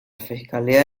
fiscalía